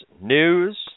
News